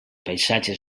paisatges